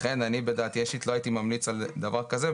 לכן אני בדעתי האישית לא הייתי ממליץ על דבר כזה,